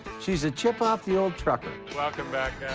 she's a chip off the old trucker. welcome back,